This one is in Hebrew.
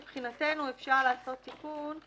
מבחינתנו, אפשר לעשות תיקון.